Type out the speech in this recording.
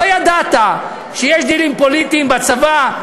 לא ידעת שיש דילים פוליטיים בצבא,